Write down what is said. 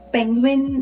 Penguin